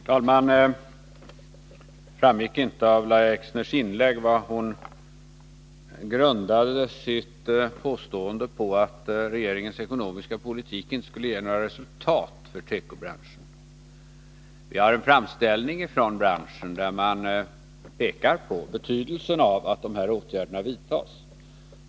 Herr talman! Av Lahja Exners inlägg framgick det inte varpå hon grundade sitt påstående att regeringens ekonomiska politik inte skulle ge några resultat med avseende på tekobranschen. I en framställning från branschen pekas det på betydelsen av att de här åtgärderna vidtas.